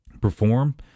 perform